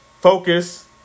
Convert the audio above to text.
Focus